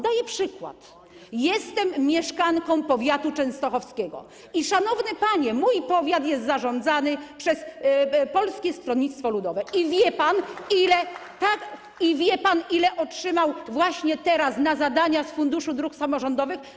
Daję przykład: jestem mieszkanką powiatu częstochowskiego i szanowny panie, mój powiat jest zarządzany przez Polskie Stronnictwo Ludowe, i wie pan, ile otrzymał właśnie teraz na zadania z Funduszu Dróg Samorządowych?